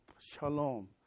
shalom